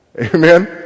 Amen